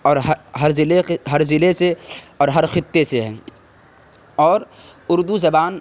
اور ہر ضلعے کے ہر ضلعے سے اور ہر خطے سے ہے اور اردو زبان